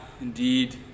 indeed